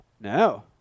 No